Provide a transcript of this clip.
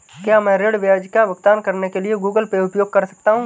क्या मैं ऋण ब्याज का भुगतान करने के लिए गूगल पे उपयोग कर सकता हूं?